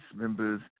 members